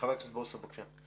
חבר הכנסת בוסו, בבקשה.